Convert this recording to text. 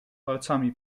palcami